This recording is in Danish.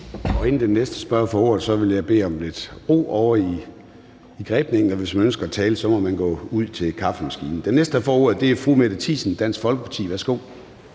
Inden den næste spørger får ordet, vil jeg bede om lidt ro ovre i grebningen. Hvis man ønsker at tale, må man gå ud ved kaffemaskinen. Den næste, der får ordet, er fru Mette Thiesen, Dansk Folkeparti. Værsgo.